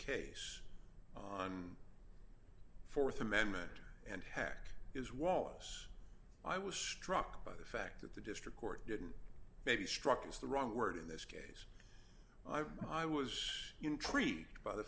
case on th amendment and hack is wallace i was struck by the fact that the district court didn't maybe struck is the wrong word in this case well i'm i was intrigued by the